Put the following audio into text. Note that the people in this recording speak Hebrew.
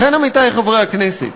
לכן, עמיתי חברי הכנסת,